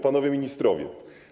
Panowie Ministrowie!